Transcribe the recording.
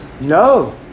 No